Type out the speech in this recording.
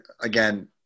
again